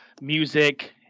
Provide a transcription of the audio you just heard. music